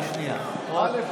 אחד,